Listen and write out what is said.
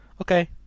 Okay